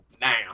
now